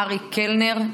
אריק קלנר,